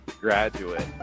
graduate